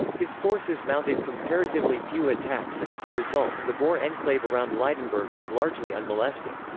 his forces mounted comparatively few attacks and as a result, the boer enclave around lydenburg was largely unmolested.